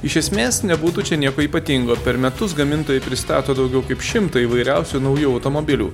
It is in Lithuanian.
iš esmės nebūtų čia nieko ypatingo per metus gamintojai pristato daugiau kaip šimtą įvairiausių naujų automobilių